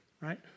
right